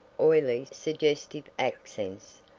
oily, suggestive accents,